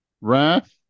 wrath